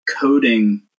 coding